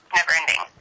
never-ending